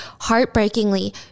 heartbreakingly